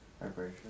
Vibration